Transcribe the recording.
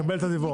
לקבל את הדיווח.